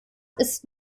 ist